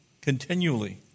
continually